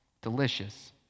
Delicious